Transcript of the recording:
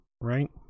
Right